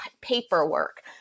paperwork